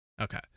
Okay